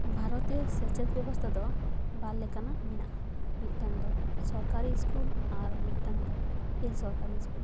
ᱵᱷᱟᱨᱚᱛ ᱨᱮ ᱥᱮᱪᱮᱫ ᱵᱮᱵᱚᱥᱛᱟ ᱫᱚ ᱵᱟᱨ ᱞᱮᱠᱟᱱᱟᱜ ᱢᱮᱱᱟᱜᱼᱟ ᱢᱤᱫᱴᱟᱝ ᱫᱚ ᱥᱚᱨᱠᱟᱨᱤ ᱥᱠᱩᱞ ᱟᱨ ᱢᱤᱜᱴᱟᱝ ᱫᱚ ᱵᱮᱥᱚᱨᱠᱟᱨᱤ ᱥᱠᱩᱞ